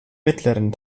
mittleren